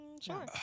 Sure